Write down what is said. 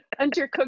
undercooked